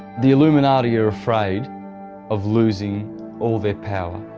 the illuminati are afraid of losing all their power,